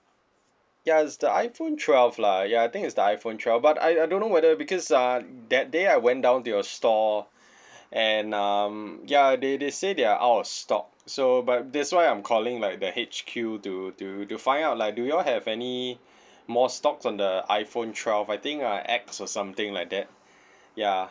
ya it's the iphone twelve lah ya I think it's the iphone twelve but I I don't know whether because uh that day I went down to your store and um ya they they say they're out of stock so but that's why I'm calling like the H_Q to to to find out like do y'all have any more stocks on the iphone twelve I think uh X or something like that ya